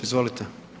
Izvolite.